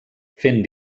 fent